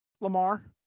Lamar